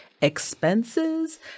expenses